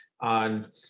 on